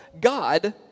God